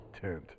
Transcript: tent